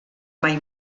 mai